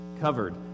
covered